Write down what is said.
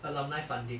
alumni funding